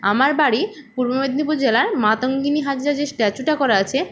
আমার বাড়ি পূর্ব মেদিনীপুর জেলার মাতঙ্গিনী হাজরা যে স্ট্যাচুটা করা আছে